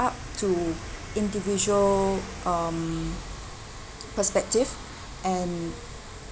up to individual um perspective and